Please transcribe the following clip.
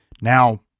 Now